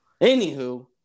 Anywho